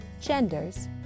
genders